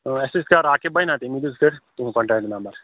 تہٕ اَسہِ حظ کَر راقب بَاے نہ تٔمۍ دِیُت یِتھ کٲٹھۍ تُہُنٛد کَنٹیکٹ نمبر